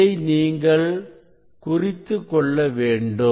இதை நீங்கள் குறித்துக்கொள்ள வேண்டும்